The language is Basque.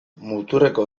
muturreko